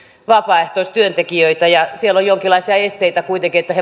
vapaaehtoistyöntekijöitä ja siellä on jonkinlaisia esteitä kuitenkin että